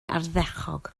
ardderchog